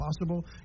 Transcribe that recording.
possible